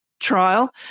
trial